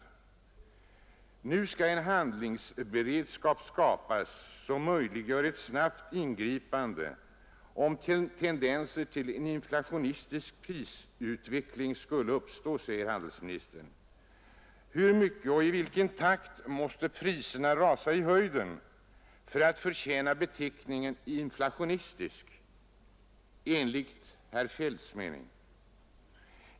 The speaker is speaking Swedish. Handelsministern uttalar i sitt svar: ”Syftet är att vidmakthålla en hög handlingsberedskap, som möjliggör ett snabbt ingripande om tendenser till en inflationistisk prisutveckling skulle uppstå.” Hur mycket och i vilken takt måste priserna skjuta i höjden för att utvecklingen skall förtjäna beteckningen ”inflationistisk” enligt herr Feldts mening?